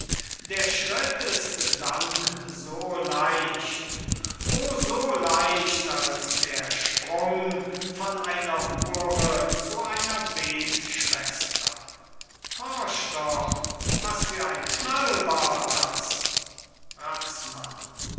der schritt ist dann so leicht o so leicht als der sprung von einer hure zu einer betschwester horch doch was für ein knall war das